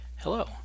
hello